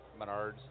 Menards